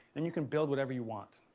and you can build whatever you want.